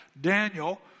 Daniel